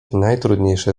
najtrudniejsze